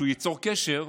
כשהוא ייצור קשר,